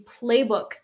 playbook